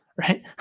right